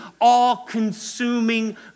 all-consuming